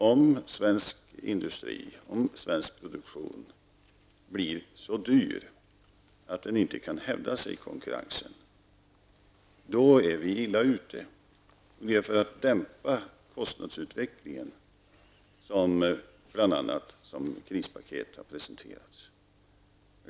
Om svensk produktion blir så dyr att den inte kan hävda sig i konkurrensen, är vi illa ute. Det är bl.a. för att dämpa kostnadsutvecklingen som krispaketet har presenterades.